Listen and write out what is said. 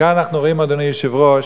מכאן אנחנו רואים, אדוני היושב-ראש,